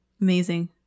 Amazing